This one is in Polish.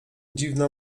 dziwna